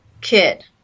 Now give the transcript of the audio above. kid